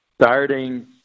starting